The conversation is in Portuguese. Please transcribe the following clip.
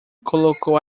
colocou